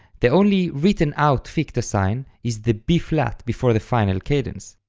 the only written-out ficta sign is the b-flat before the final cadence.